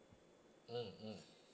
mmhmm